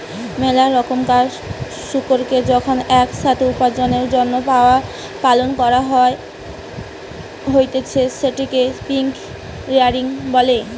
মেলা রোকমকার শুকুরকে যখন এক সাথে উপার্জনের জন্য পালন করা হতিছে সেটকে পিগ রেয়ারিং বলে